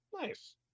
nice